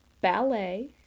Ballet